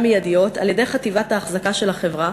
מיידיות על-ידי חטיבת האחזקה של החברה,